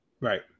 Right